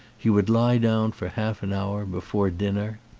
he would lie down for half an hour before dinner.